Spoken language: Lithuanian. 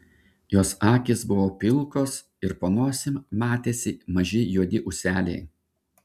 jos akys buvo pilkos ir po nosim matėsi maži juodi ūseliai